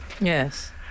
Yes